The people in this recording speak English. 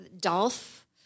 Dolph